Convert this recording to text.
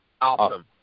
Awesome